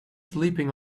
sleeping